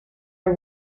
are